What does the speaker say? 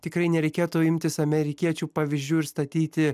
tikrai nereikėtų imtis amerikiečių pavyzdžių ir statyti